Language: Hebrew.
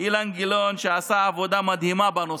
אילן גילאון, שעשה עבודה מדהימה בנושא.